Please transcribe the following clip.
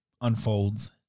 unfolds